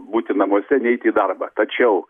būti namuose neiti į darbą tačiau